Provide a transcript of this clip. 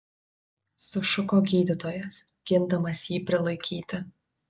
sušuko gydytojas gindamas jį prilaikyti